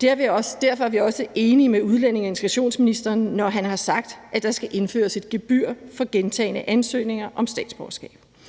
Derfor er vi også enige med udlændinge- og integrationsministeren, når han har sagt, at der skal indføres et gebyr for gentagne ansøgninger om statsborgerskab,